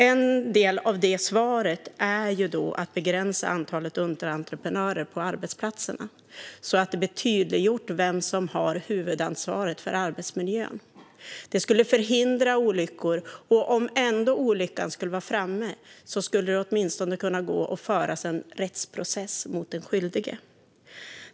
En del av svaret är att begränsa antalet underentreprenörer på arbetsplatserna, så att det blir tydliggjort vem som har huvudansvaret för arbetsmiljön. Det skulle förhindra olyckor, och om olyckan ändå skulle vara framme skulle det åtminstone gå att föra en rättsprocess mot den skyldige.